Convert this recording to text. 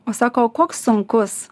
o sako o koks sunkus